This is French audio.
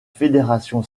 fédération